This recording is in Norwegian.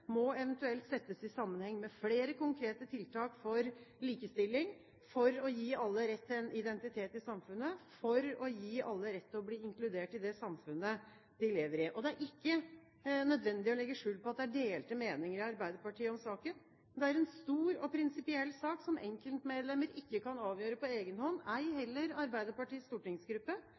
må eventuelt settes i sammenheng med flere konkrete tiltak for likestilling – for å gi alle rett til en identitet i samfunnet og for å gi alle rett til å bli inkludert i det samfunnet de lever i. Det er ikke nødvendig å legge skjul på at det er delte meninger i Arbeiderpartiet om saken. Det er en stor og prinsipiell sak som enkeltmedlemmer ikke kan avgjøre på egen hånd, ei heller Arbeiderpartiets stortingsgruppe.